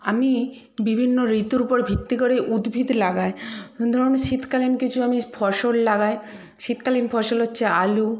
আমি বিভিন্ন ঋতুর উপর ভিত্তি করেই উদ্ভিদ লাগাই ধরুন শীতকালীন কিছু আমি ফসল লাগাই শীতকালীন ফসল হচ্ছে আলু